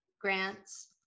grants